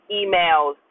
emails